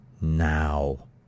now